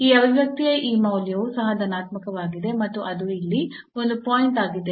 ಈ ಅಭಿವ್ಯಕ್ತಿಯ ಈ ಮೌಲ್ಯವು ಸಹ ಧನಾತ್ಮಕವಾಗಿದೆ ಮತ್ತು ಅದು ಇಲ್ಲಿ ಒಂದು ಪಾಯಿಂಟ್ ಆಗಿದೆ